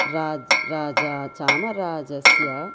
राज् राजा चामराजस्य